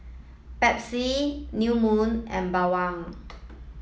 Pepsi New Moon and Bawang